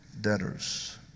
debtors